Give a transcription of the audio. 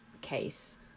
case